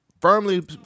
firmly